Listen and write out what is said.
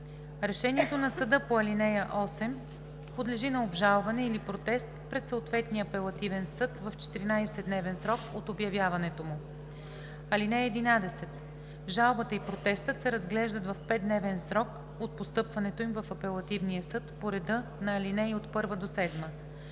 Решението на съда по ал. 8 подлежи на обжалване или протест пред съответния апелативен съд в 14-дневен срок от обявяването му. (11) Жалбата и протестът се разглеждат в 5-дневен срок от постъпването им в апелативния съд по реда на ал. 1 – 7.